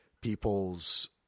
people's